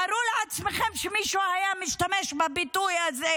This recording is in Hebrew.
כדאי לדעת מאיפה היא מכירה את המנטליות הערבית.